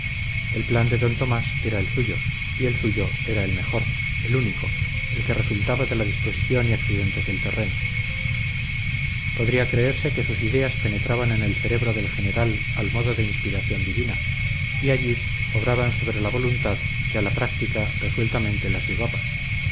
el plan de d tomás era el suyo y el suyo era el mejor el único el que resultaba de la disposición y accidentes del terreno podría creerse que sus ideas penetraban en el cerebro del general al modo de inspiración divina y allí obraban sobre la voluntad que a la práctica resueltamente las llevaba y